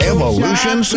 Evolution